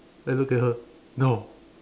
I look at her no